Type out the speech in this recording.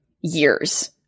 years